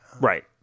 Right